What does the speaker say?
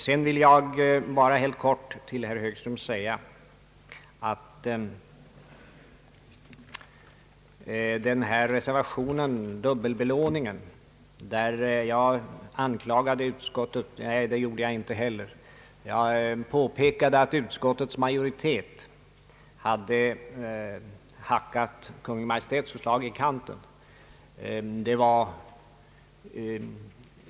Sedan vill jag bara helt kort säga till herr Högström att i reservationen om dubbelbelåningen har jag påpekat att utskottets majoritet har hackat Kungl. Maj:ts förslag i kanten.